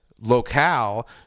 locale